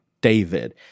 David